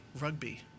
Rugby